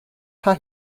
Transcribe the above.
kind